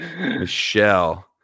Michelle